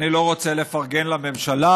אני לא רוצה לפרגן לממשלה,